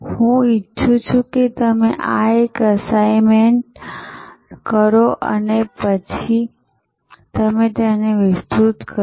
હું ઈચ્છું છું કે તમે આ એક એસાઇનમેન્ટ કરો અને પછી તેને પ્રસ્તુત કરો